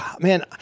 Man